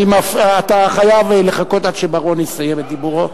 אתה חייב לחכות עד שבר-און יסיים את דיבורו.